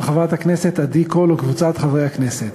של חברת הכנסת עדי קול וקבוצת חברי הכנסת.